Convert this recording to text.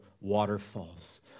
waterfalls